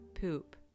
poop